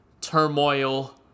turmoil